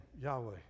Yahweh